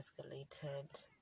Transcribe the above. escalated